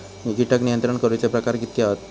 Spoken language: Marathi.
कीटक नियंत्रण करूचे प्रकार कितके हत?